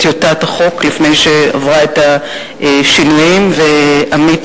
את טיוטת החוק לפני שעברה את השינויים המתבקשים